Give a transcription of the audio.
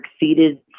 exceeded